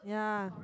yeah